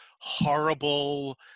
horrible